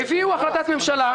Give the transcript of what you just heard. מי נגד, מי נמנע?